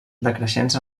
decreixents